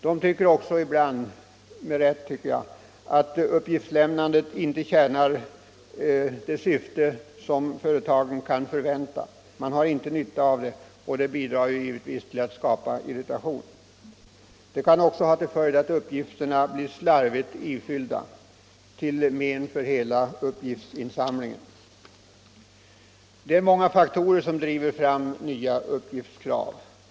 Företagarna tycker ibland, med rätta, att uppgiftslämnandet inte tjänar det syfte som företagen skulle kunna förvänta. De har inte nytta av det, och det bidrar givetvis till att skapa irritation. Detta kan också ha till följd att uppgifterna blir slarvigt ifyllda, till men för hela uppgiftsinsamlingen. Det är många faktorer som driver fram nya uppgiftskrav.